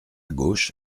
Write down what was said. gauche